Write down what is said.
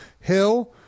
Hill